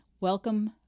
welcome